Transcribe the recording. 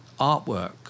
artwork